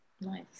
nice